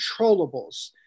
controllables